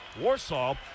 Warsaw